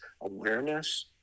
awareness